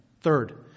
Third